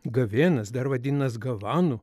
gavėnas dar vadinas gavanu